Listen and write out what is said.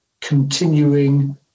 continuing